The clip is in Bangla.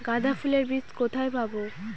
গাঁদা ফুলের বীজ কোথায় পাবো?